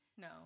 No